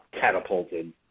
catapulted